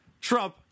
Trump